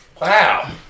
Wow